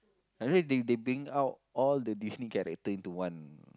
anyway they they bring out all the Disney character into one